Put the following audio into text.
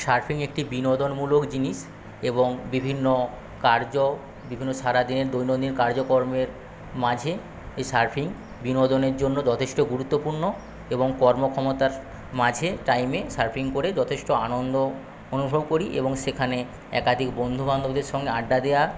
surfing একটি বিনোদনমূলক জিনিস এবং বিভিন্ন কার্য বিভিন্ন সারাদিনের দৈনন্দিন কার্য কর্মের মাঝে এই সার্ফিং বিনোদনের জন্য যথেষ্ট গুরুত্বপূর্ণ এবং কর্ম ক্ষমতার মাঝে টাইমে সার্ফিং করে যথেষ্ট আনন্দ অনুভব করি এবং সেখানে একাধিক বন্ধুবান্ধবদের সঙ্গে আড্ডা দেওয়া